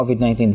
COVID-19